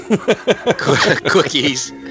Cookies